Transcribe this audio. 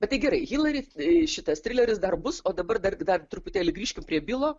bet tai gerai hillary šitas trileris dar bus o dabar dar dar truputėlį grįžkim prie bilo